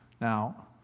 Now